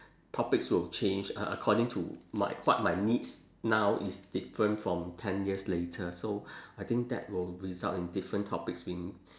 topics will change uh according to what my needs now is different from ten years later so I think that will result in different topics being